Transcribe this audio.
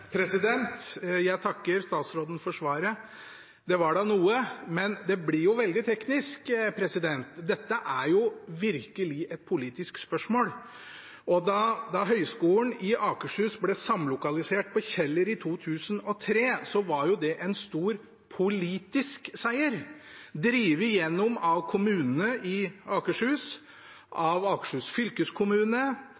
Jeg takker statsråden for svaret. Det var da noe, men det blir veldig teknisk. Dette er jo virkelig et politisk spørsmål. Da Høgskolen i Akershus ble samlokalisert på Kjeller i 2003, var det en stor politisk seier drevet igjennom av kommunene i Akershus,